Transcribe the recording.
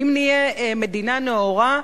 האם נהיה מדינה נאורה,